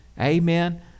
Amen